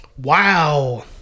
Wow